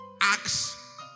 Acts